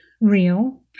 real